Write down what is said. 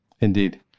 Indeed